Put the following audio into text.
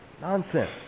Nonsense